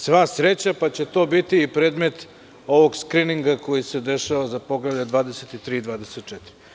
Sva sreća pa će to biti predmet ovog skrininga koji se dešava za poglavlja 23. i 24.